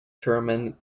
sherman